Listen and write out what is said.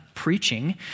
preaching